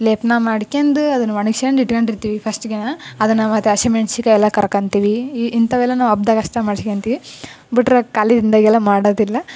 ಲೇಪನ ಮಾಡ್ಕೊಂದು ಅದನ್ನು ಒಣಗಿಸ್ಕೊಂದು ಇಟ್ಕೊಂಡಿರ್ತೀವಿ ಫರ್ಸ್ಟ್ಗೆ ಅದನ್ನು ಮತ್ತು ಹಸಿ ಮೆಣ್ಸಿಕಾಯಿ ಎಲ್ಲ ಕರ್ಕೊಂತಿವಿ ಈ ಇಂಥವೆಲ್ಲ ನಾವು ಹಬ್ದಾಗ ಅಷ್ಟೆ ಮಾಡ್ಕೊಂತಿವಿ ಬಿಟ್ಟರೆ ಖಾಲಿ ದಿನದಾಗೆಲ್ಲ ಮಾಡೋದಿಲ್ಲ